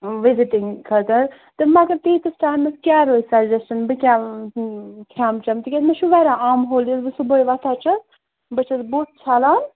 آ وِزِٹِنٛگ خٲطٔر تہٕ مَگر تیٖتِس ٹایمَس کیٛاہ روزِ سَجیشَن بہٕ کیٛاہ کھٮ۪مہٕ چٮ۪مہٕ تِکیٛازِ مےٚ چھُ عام ہوٚل ییٚلہِ بہٕ صبُحٕے وۄتھان چھَس بہٕ چھَس بُتھ چھَلان